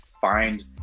find